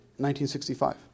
1965